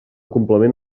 complement